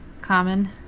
Common